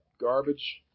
garbage